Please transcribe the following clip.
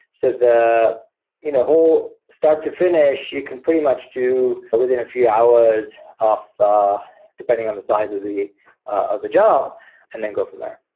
so the you know whole start to finish, you can pretty much do within a few hours depending on the size of the of the job and then go from there.